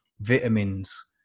vitamins